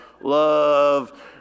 love